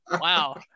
Wow